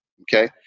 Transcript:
Okay